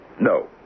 No